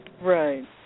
Right